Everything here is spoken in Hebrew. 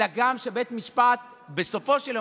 אלא גם בית משפט בסופו של יום,